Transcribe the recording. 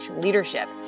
leadership